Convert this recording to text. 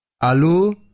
alu